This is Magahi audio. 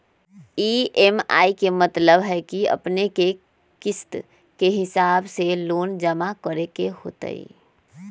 ई.एम.आई के मतलब है कि अपने के किस्त के हिसाब से लोन जमा करे के होतेई?